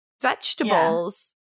vegetables